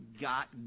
got